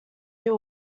you